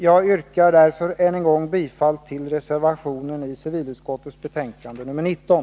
Jag yrkar än en gång bifall till reservationen i civilutskottets betänkande nr 19.